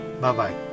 Bye-bye